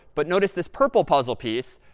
but notice this purple puzzle piece.